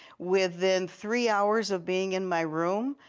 within three hours of being in my room,